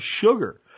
sugar